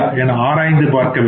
என ஆராய்ந்து பார்க்க வேண்டும்